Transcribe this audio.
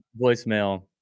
voicemail